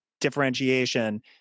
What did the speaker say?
differentiation